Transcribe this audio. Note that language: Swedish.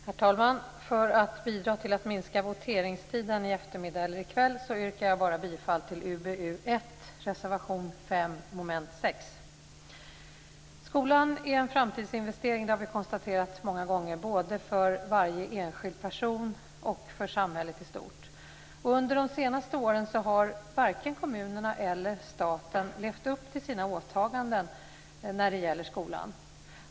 Herr talman! För att bidra till att minska voteringstiden i eftermiddag eller i kväll yrkar jag bara bifall till UbU1, reservation 5 under mom. 6. Vi har många gånger konstaterat att skolan är en framtidsinvestering - både för varje enskild person och för samhället i stort. Under de senaste åren har varken kommunerna eller staten levt upp till sina åtaganden när det gäller skolan.